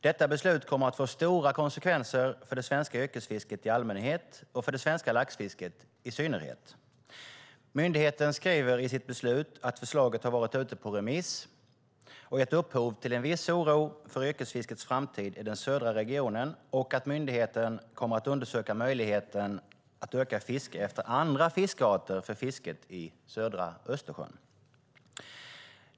Detta beslut kommer att få stora konsekvenser för det svenska yrkesfisket i allmänhet och för det svenska laxfisket i synnerhet. Myndigheten skriver i sitt beslut att förslaget har varit ute på remiss och gett upphov till en viss oro för yrkesfiskets framtid i den södra regionen och att myndigheten kommer att undersöka möjligheten att öka fiske efter andra fiskarter för fisket i södra Östersjön.